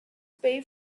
pay